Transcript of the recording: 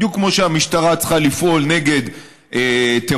בדיוק כמו שהמשטרה צריכה לפעול נגד טרוריסטים,